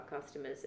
customers